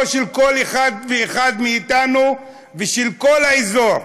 של כל אחד ואחד מאתנו ושל כל האזור.